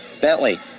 Bentley